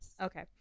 okay